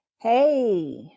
Hey